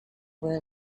were